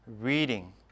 reading